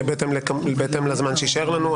בהתאם לזמן שיישאר לנו,